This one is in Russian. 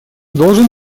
должен